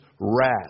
wrath